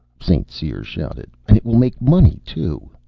st. cyr shouted. and it will make money, too!